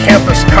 Campus